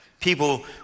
People